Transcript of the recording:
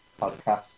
podcast